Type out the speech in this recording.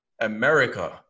America